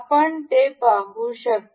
आपण ते पाहू शकता